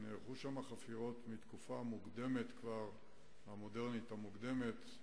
נערכו שם חפירות בתקופה המודרנית המוקדמת,